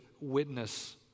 witness